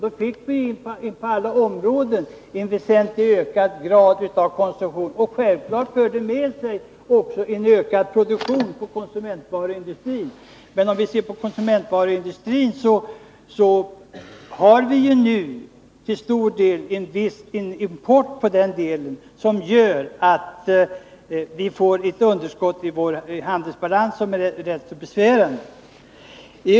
Då fick vi på alla områden en väsentlig ökning av konsumtionen. Självfallet förde det med sig en ökad produktion i konsumentvaruindustrin. När det gäller konsumentvaruindustrins produkter har vi nu till stor del en import, som gör att vi får ett underskott i vår handelsbalans som är rätt besvärande.